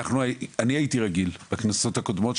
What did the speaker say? אני הייתי רגיל בכנסות הקודמות,